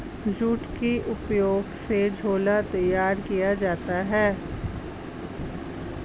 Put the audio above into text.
jute के उपयोग से झोला तैयार किया जाता है